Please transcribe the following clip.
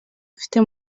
agifite